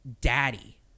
Daddy